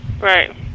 Right